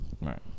Right